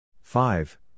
five